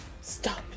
Stop